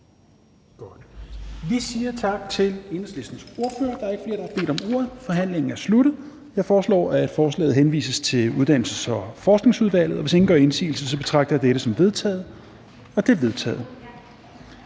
Vi siger tak til Enhedslistens ordfører. Der er ikke flere, der har bedt om ordet, så forhandlingen er sluttet. Jeg foreslår, at forslaget til folketingsbeslutning henvises til Uddannelses- og Forskningsudvalget. Hvis ingen gør indsigelse, betragter jeg dette som vedtaget. Det er vedtaget.